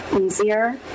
easier